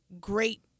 great